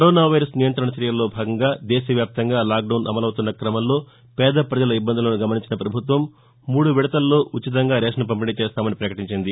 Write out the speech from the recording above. corona virus నియంత్రణ చర్యల్లో భాగంగా దేశ వ్యాప్తంగా లాక్ డౌన్ అమలవుతున్న కమంలో పేద పజల ఇబ్బందులను గమనించిన ప్రభుత్వం మూడు విడతలో ఉచితంగా రేషన్ పంపిణీ చేస్తామని ప్రకటించిది